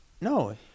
No